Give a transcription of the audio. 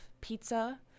pizza